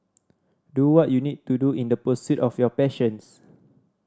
do what you need to do in the pursuit of your passions